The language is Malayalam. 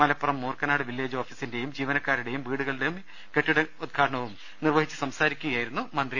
മലപ്പുറം മൂർക്കനാട് വില്ലേജ് ഓഫീസിന്റെയും ജീവനക്കാരുടെ വീടുകളുടെയും കെട്ടിടോദ്ഘാടനം നിർവ ഹിച്ച് സംസാരിക്കുകയായിരുന്നു മന്ത്രി